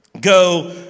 go